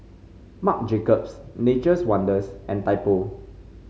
Marc Jacobs Nature's Wonders and Typo